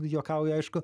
juokauju aišku